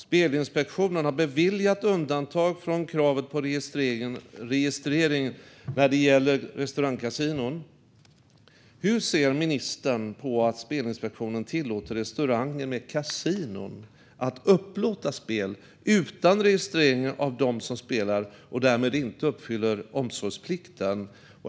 Spelinspektionen har beviljat undantag från kravet på registrering när det gäller restaurangkasinon. Hur ser ministern på att Spelinspektionen tillåter restauranger med kasinon att upplåta spel utan registrering av dem som spelar och därmed inte uppfylla omsorgsplikten?